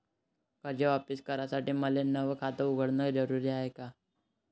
कर्ज वापिस करासाठी मले नव खात उघडन जरुरी हाय का?